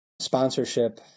sponsorship